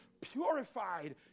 purified